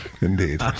Indeed